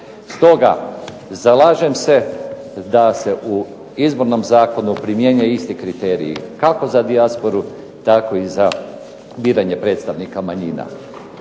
Stoga, zalažem se da se u Izbornom zakonu primjene isti kriteriji kako za dijasporu tako i za biranje predstavnika manjina.